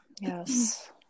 yes